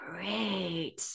great